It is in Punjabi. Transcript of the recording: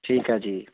ਠੀਕ ਹੈ ਜੀ